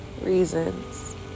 reasons